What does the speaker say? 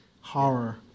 horror